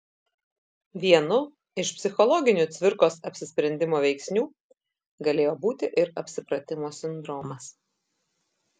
vienu iš psichologinių cvirkos apsisprendimo veiksnių galėjo būti ir apsipratimo sindromas